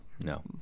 No